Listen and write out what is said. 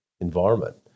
environment